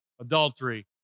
adultery